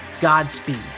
Godspeed